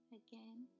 again